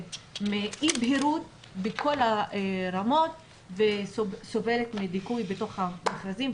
מאי בהירות בכל הרמות וסובלת מדיכוי בתוך המכרזים,